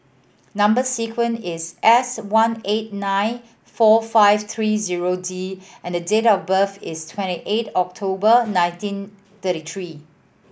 number sequence is S one eight nine four five three zero D and the date of birth is twenty eight October nineteen thirty three